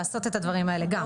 לעשות את הדברים האלה גם.